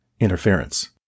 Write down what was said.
interference